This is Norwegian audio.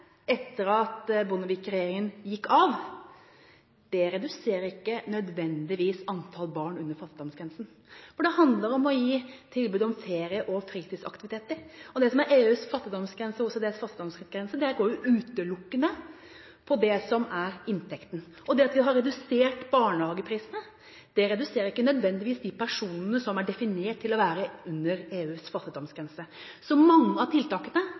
etter representanten. De tiltakene som vi offensivt gjennomførte etter at Bondevik-regjeringen gikk av, reduserer ikke nødvendigvis antall barn under fattigdomsgrensen. Det handler om å gi tilbud om ferie og fritidsaktiviteter. EUs fattigdomsgrense og OECDs fattigdomsgrense går utelukkende på inntekten. Det at vi har redusert barnehageprisene, reduserer ikke nødvendigvis det antall personer som er definert til å være under EUs fattigdomsgrense. Mange av tiltakene